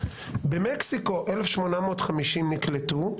במקסיקו 1,850 נקלטו.